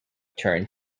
turned